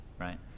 right